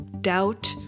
doubt